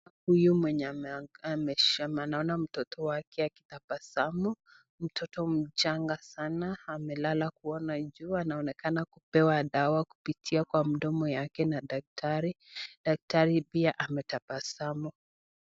Huyu mwenye anaona mtoto wake anatabasamu. Mtoto mchanga sanaa amelala kuona jua anaonekana kupewa dawa kupitia kwa mdomo wake na daktari, daktari pia ametabasamu.